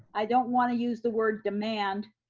i don't want to use the word demand,